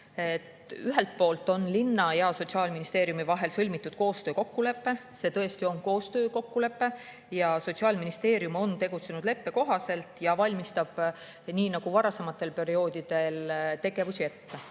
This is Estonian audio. Ühelt poolt on linna ja Sotsiaalministeeriumi vahel sõlmitud koostöökokkulepe. See tõesti on koostöökokkulepe. Sotsiaalministeerium on tegutsenud leppe kohaselt ja valmistab nii nagu varasematel perioodidelgi tegevusi ette.